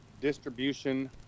Distribution